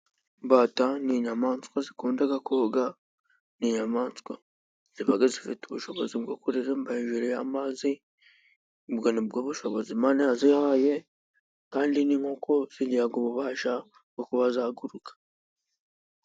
Imbata ni inyamaswa zikunda koga. Ni inyamaswa ziba zifite ubushobozi bwo kureremba hejuru amazi. Ubwo ni bwo bushobozi imana yazihaye, kandi ni nk'uko zigira ububasha bwo kuba zaguruka.